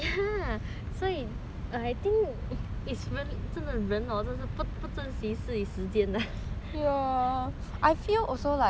it's 人真的人 hor 真的是不不珍惜自己的时间